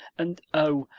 and oh,